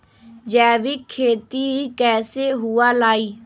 जैविक खेती कैसे हुआ लाई?